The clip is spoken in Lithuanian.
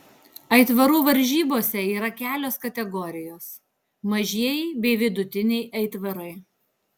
aitvarų varžybose yra kelios kategorijos mažieji bei vidutiniai aitvarai